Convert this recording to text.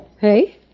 Hey